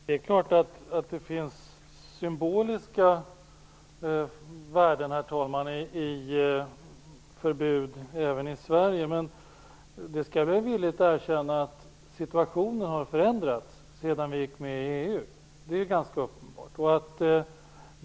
Herr talman! Det är klart att det finns symboliska värden i förbud även i Sverige. Men jag skall villigt erkänna att situationen har förändrats sedan vi gick med i EU. Det är ganska uppenbart.